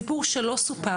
סיפור שלא סופר,